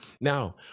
Now